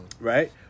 right